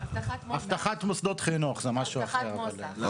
אבטחת מוסדות חינוך, זה משהו אחר.